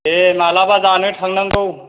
दे माब्लाबा जानो थांनांगौ